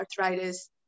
arthritis